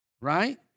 Right